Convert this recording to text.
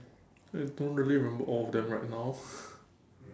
I don't really remember all of them right now